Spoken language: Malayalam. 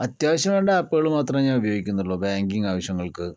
അത്യാവശ്യം വേണ്ട ആപ്പുകൾ മാത്രമേ ഞാൻ ഉപയോഗിക്കുന്നുള്ളൂ ബാങ്കിങ്ങ് ആവശ്യങ്ങൾക്ക്